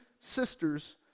sisters